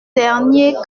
dernier